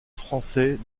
français